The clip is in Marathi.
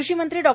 कृषी मंत्री डॉ